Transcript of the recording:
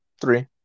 Three